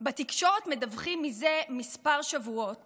בתקשורת מדווחים זה שבועות